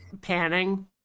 panning